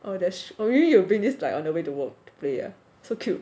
oh that's true you mean you bring this like on the way to work to play ah so cute